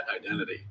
identity